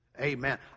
Amen